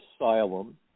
asylum